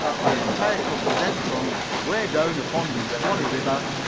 and the entire company then sung way down upon de swannee ribber,